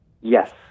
Yes